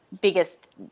biggest